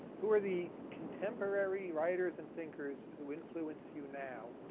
who are the contemporary writers and thinkers who influence you now